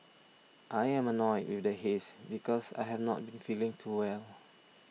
I am annoyed with the haze because I have not been feeling too well